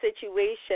situation